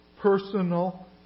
personal